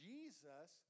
Jesus